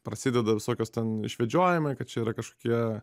prasideda visokios ten išvedžiojimai kad čia yra kažkokie